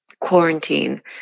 quarantine